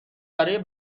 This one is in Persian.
برای